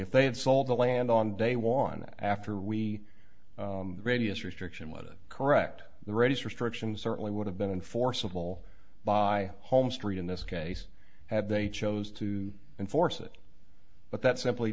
if they had sold the land on day one after we radius restriction what it correct the radius restrictions certainly would have been enforceable by home street in this case have they chose to enforce it but that simply